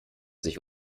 sich